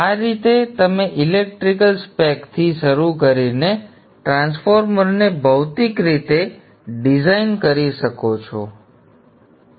આ રીતે તમે ઇલેક્ટ્રિકલ specથી શરૂ કરીને ટ્રાન્સફોર્મરને ભૌતિક રીતે ડિઝાઇન કરી શકો છો